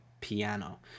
piano